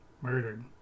murdered